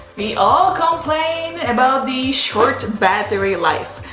we all complain about the short battery life.